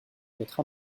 votre